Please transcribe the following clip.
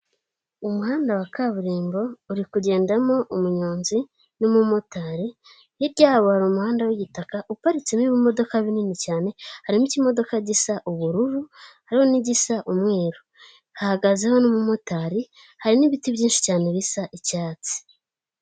Umuhanda wa kaburimbo uri kugendamo umunyonzi n'umumotari, hirya yabo hari umuhanda w'igitaka uparitsemo ibimodoka binini cyane harimo ikimodoka gisa ubururu, hariho n'igisa umweru, ahahagazeho n'umumotari hari n'ibiti byinshi cyane bisa icyatsi.